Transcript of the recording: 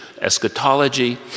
eschatology